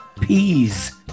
peas